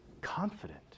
confident